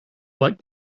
what